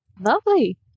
Lovely